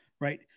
Right